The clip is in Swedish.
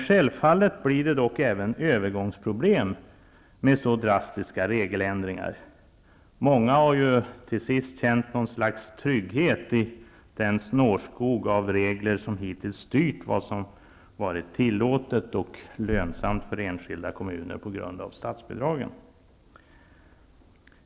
Självfallet blir det dock övergångsproblem med så drastiska regeländringar. Många har ändå känt något slags trygghet i den snårskog av regler som hittills har styrt vad som varit tillåtet och lönsamt för enskilda kommuner på grund av statsbidragen.